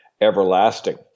everlasting